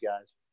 guys